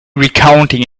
recounting